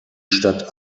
stadt